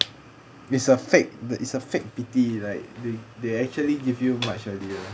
it's a fake the is a fake pity like they they actually give you my schedule